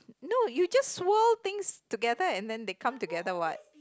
no you just swirl things together and then they come together what